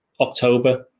October